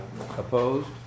Opposed